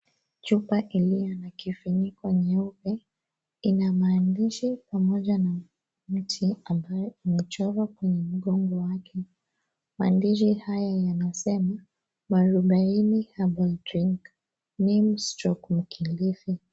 Chupa iliyo na kifuniko nyeupa. Ina maandishi pamoja na mti ambayo umechorwa kwenye mgongo wake. Maandishi hayo yanasema marubaini herbal drink neem/mkilifi.